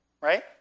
right